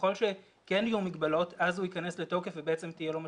וככל שכן יהיו מגבלות אז הוא ייכנס לתוקף ובעצם תהיה לו משמעות,